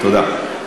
תודה.